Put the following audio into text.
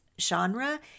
genre